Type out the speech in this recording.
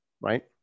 Right